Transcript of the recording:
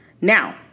Now